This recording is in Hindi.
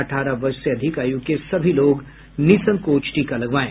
अठारह वर्ष से अधिक आयु के सभी लोग निःसंकोच टीका लगवाएं